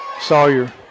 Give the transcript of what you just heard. Sawyer